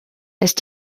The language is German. ist